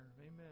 Amen